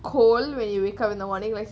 cold when you wake up in the morning like